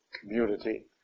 community